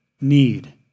need